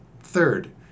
Third